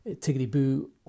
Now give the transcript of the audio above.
tiggity-boo